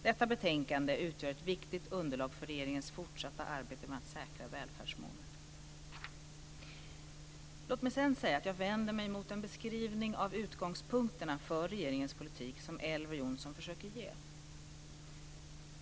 Detta betänkande utgör ett viktigt underlag för regeringens fortsatta arbete med att säkra välfärdsmålet. Låt mig sedan säga att jag vänder mig mot den beskrivning av utgångspunkterna för regeringens politik som Elver Jonsson försöker ge.